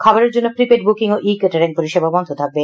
খাবারের জন্য prepaid booking ও ই কেটারিং পরিষেবা বন্ধ থাকবে